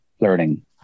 learning